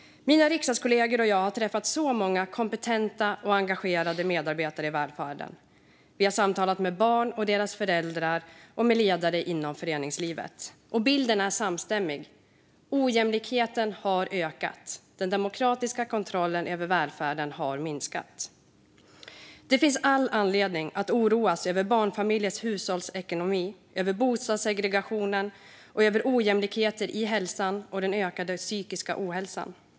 Mina riksdagskollegor och jag har träffat många kompetenta och engagerade medarbetare i välfärden. Vi har samtalat med barn och deras föräldrar och med ledare inom föreningslivet. Bilden är samstämmig: Ojämlikheten har ökat, och den demokratiska kontrollen över välfärden har minskat. Det finns all anledning att oroas över barnfamiljers hushållsekonomi, över bostadssegregationen, över ojämlikhet i hälsan och över den ökade psykiska ohälsan.